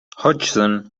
hodgson